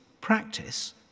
practice